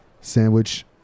sandwich